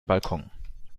balkon